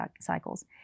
cycles